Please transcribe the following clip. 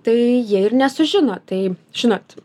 tai jie ir nesužino tai žinot